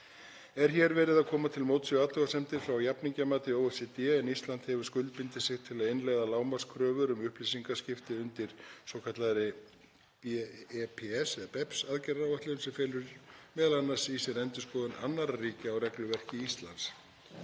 Er hér verið að koma til móts við athugasemdir frá jafningjamati OECD en Ísland hefur skuldbundið sig til að innleiða lágmarkskröfur um upplýsingaskipti undir svokallaðri BEPS-aðgerðaáætlun sem felur m.a. í sér endurskoðun annarra ríkja á regluverki Íslands.